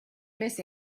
miss